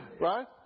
Right